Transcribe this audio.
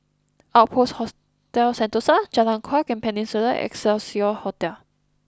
Outpost Hostel Sentosa Jalan Kuak and Peninsula Excelsior Hotel